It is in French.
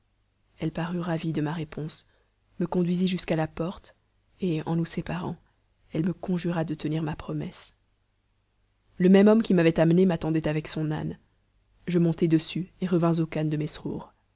elle parut ravie de ma réponse me conduisit jusqu'à la porte et en nous séparant elle me conjura de tenir ma promesse le même homme qui m'avait amené m'attendait avec son âne je montai dessus et revins au khan de